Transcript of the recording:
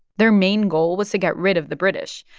their main goal was to get rid of the british.